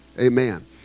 Amen